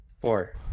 Four